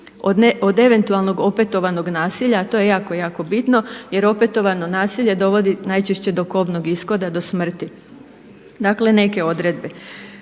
od eventualnog opetovanog nasilja a to je jako, jako bitno jer opetovano nasilje dovodi najčešće do kobnog ishoda do smrti. Dakle neke odredbe.